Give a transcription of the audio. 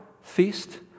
feast